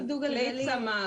כלי צמ"ה,